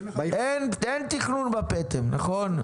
אין תכנון בפטם, נכון?